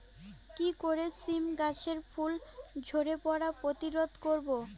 কি করে সীম গাছের ফুল ঝরে পড়া প্রতিরোধ করব?